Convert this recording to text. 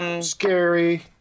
Scary